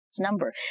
number